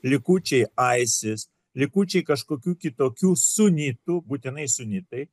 likučiai aisis likučiai kažkokių kitokių sunitų būtinai sunitai